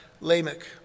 Lamech